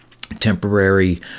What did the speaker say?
temporary